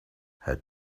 had